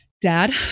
dad